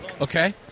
Okay